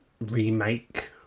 remake